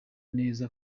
neza